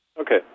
Okay